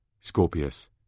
Scorpius